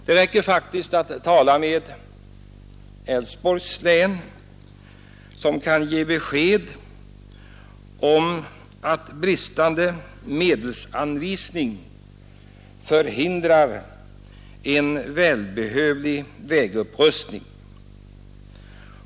Det räcker faktiskt med att tala med myndigheterna i Älvsborgs län, som kan ge besked om att bristande medelsanvisning förhindrar en välbehövlig vägupprustning.